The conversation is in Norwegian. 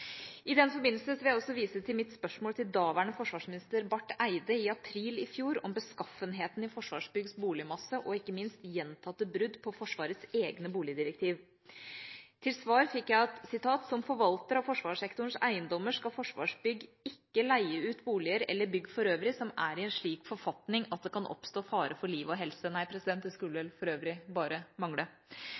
I den forbindelse vil jeg også vise til mitt spørsmål til daværende forsvarsminister Barth Eide i april i fjor om beskaffenheten i Forsvarsbyggs boligmasse, og ikke minst gjentatte brudd på Forsvarets egne boligdirektiv. Til svar fikk jeg: «Som forvalter av forsvarssektorens eiendommer skal Forsvarsbygg ikke leie ut boliger, eller bygg for øvrig, som er i en slik forfatning at det kan oppstå fare for liv og helse.» Nei, det skulle vel for øvrig bare mangle.